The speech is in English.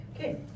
Okay